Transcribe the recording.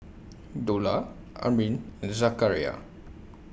Dollah Amrin and Zakaria